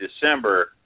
December –